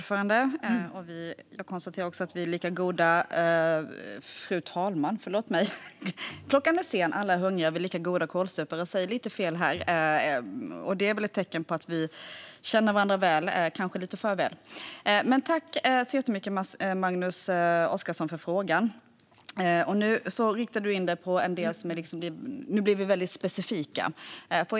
Fru talman! Tack så jättemycket, Magnus Oscarsson, för frågan! Nu blir vi väldigt specifika.